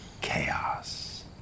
Chaos